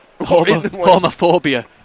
homophobia